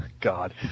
God